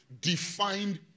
defined